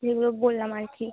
যেগুলো বললাম আর কি